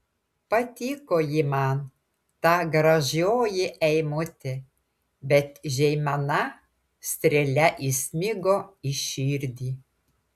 patiko ji man ta gražioji eimutė bet žeimena strėle įsmigo į širdį